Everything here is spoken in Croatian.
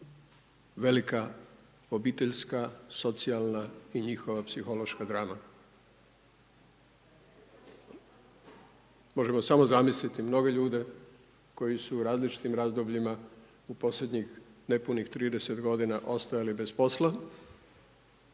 velika obiteljska, socijalna i njihova psihološka drama. Možemo samo zamisliti mnoge ljude koji su u različitim razdobljima u posljednjih nepunih 30 godina ostajali bez posla,